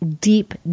deep